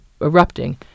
erupting